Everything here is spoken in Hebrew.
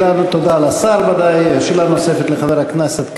תודה לשר ודאי, ושאלה נוספת לחבר הכנסת כבל.